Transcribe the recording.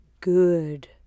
good